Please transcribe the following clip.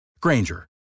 Granger